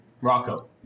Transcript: Rocco